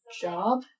job